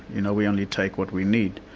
you know, we only take what we need.